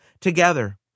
Together